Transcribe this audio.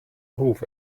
ruf